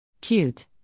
Cute